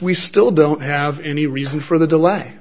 we still don't have any reason for the delay